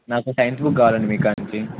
నాకు science book కావాలండి మీ కాడ నుంచి